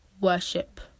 worship